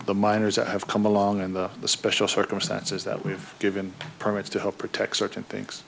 the miners that have come along and the special circumstances that we've given permits to help protect certain things